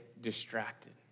Distracted